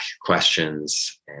questions